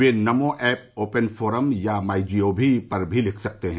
वे NaMo app open forum या my G O V पर भी लिख सकते हैं